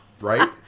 Right